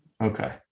okay